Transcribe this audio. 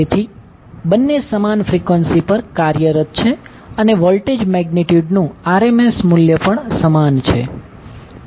તેથી બંને સમાન ફ્રીક્વન્સી પર કાર્યરત છે અને વોલ્ટેજ મેગ્નિટ્યુડનું RMS મૂલ્ય પણ સમાન છે પરંતુ એંગલ અલગ છે